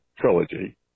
Trilogy